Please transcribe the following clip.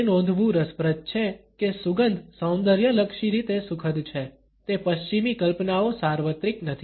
તે નોંધવું રસપ્રદ છે કે સુગંધ સૌંદર્યલક્ષી રીતે સુખદ છે તે પશ્ચિમી કલ્પનાઓ સાર્વત્રિક નથી